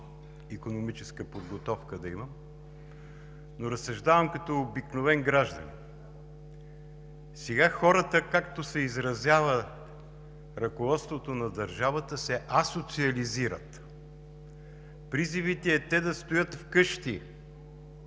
икономическа подготовка, но разсъждавам като обикновен гражданин. Сега хората, както се изразява ръководството на държавата, се асоциализират. Призивите са те да стоят вкъщи,